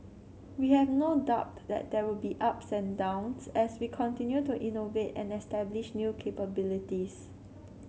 we have no doubt that there will be ups and downs as we continue to innovate and establish new capabilities